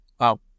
Wow